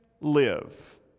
live